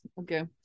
Okay